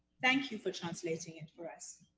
thank you for translating it for us.